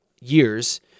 years